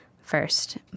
first